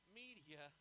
media